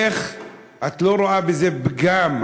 איך את לא רואה בזה פגם,